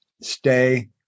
Stay